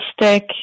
stick